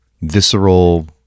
visceral